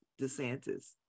DeSantis